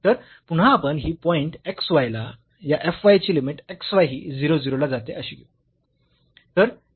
तर पुन्हा आपण ही पॉईंट xy ला या f y ची लिमिट xy ही 0 0 ला जाते अशी घेऊ